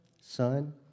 Son